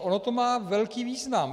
Ono to má velký význam.